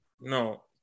No